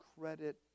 credit